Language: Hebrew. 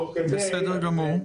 בסדר גמור.